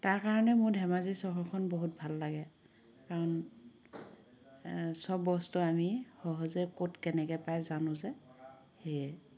তাৰকাৰণে মোৰ ধেমাজি চহৰখন বহুত ভাল লাগে কাৰণ সব বস্তুৱেই আমি সহজে ক'ত কেনেকে পায় জানো যে সেয়ে